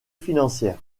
financière